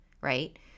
right